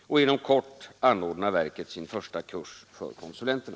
Inom kort anordnar verket sin första kurs för konsulenterna.